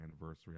anniversary